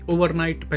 Overnight